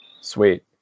Sweet